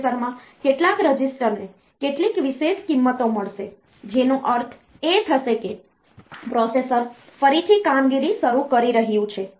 પ્રોસેસરમાં કેટલાક રજીસ્ટરને કેટલીક વિશેષ કિંમતો મળશે જેનો અર્થ એ થશે કે પ્રોસેસર ફરીથી કામગીરી શરૂ કરી રહ્યું છે